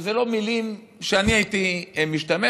אלה לא מילים שאני הייתי משתמש.